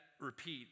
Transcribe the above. repeat